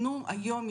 כאוטונומיות.